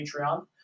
Patreon